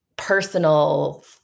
personal